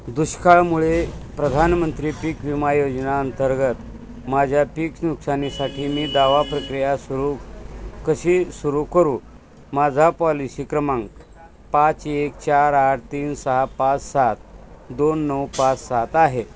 दुष्काळामुळे प्रधानमंत्री पीक विमा योजना अंतर्गत माझ्या पीक नुकसानासाठी मी दावा प्रक्रिया सुरू कशी सुरू करू माझा पॉलिसी क्रमांक पाच एक चार आठ तीन सहा पाच सात दोन नऊ पाच सात आहे